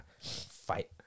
fight